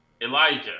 Elijah